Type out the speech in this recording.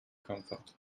comfort